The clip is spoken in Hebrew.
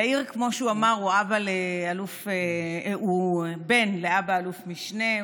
יאיר, כמו שהוא אמר, הוא בן לאבא אלוף משנה.